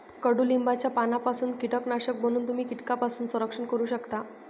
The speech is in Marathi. कडुलिंबाच्या पानांपासून कीटकनाशक बनवून तुम्ही कीटकांपासून संरक्षण करू शकता